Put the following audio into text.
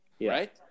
Right